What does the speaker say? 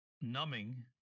numbing